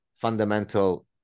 fundamental